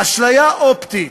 אשליה אופטית,